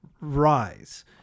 rise